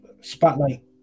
spotlight